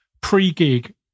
pre-gig